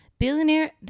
billionaire